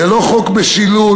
זה לא חוק של משילות,